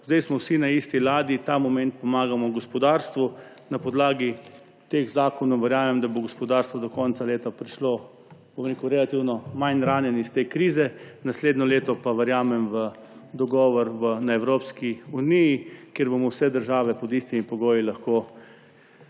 Sedaj smo vsi na isti ladji, ta moment pomagamo gospodarstvu. Na podlagi teh zakonov, verjamem, da bo gospodarstvo do konca leta prišlo relativno manj ranjeno iz te krize. Naslednje leto pa verjamem v dogovor na Evropski uniji, kjer bomo vse države pod istimi pogoji lahko